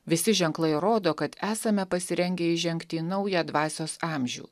visi ženklai rodo kad esame pasirengę įžengti į naują dvasios amžių